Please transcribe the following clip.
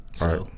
Right